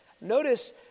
Notice